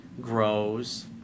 grows